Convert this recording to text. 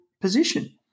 position